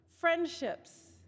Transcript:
friendships